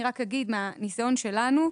אני רק אגיד מהניסיון שלנו,